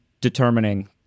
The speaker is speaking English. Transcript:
determining